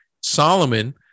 Solomon